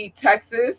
Texas